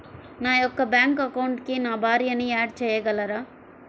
నా యొక్క బ్యాంక్ అకౌంట్కి నా భార్యని యాడ్ చేయగలరా?